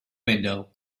window